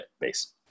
base